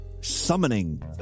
Summoning